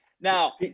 Now